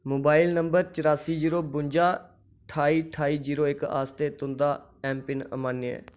mobile number चरासी zero बुंजा ठाई ठाई जीरो इक आस्तै तुं'दा ऐम्मपिन अमान्य ऐ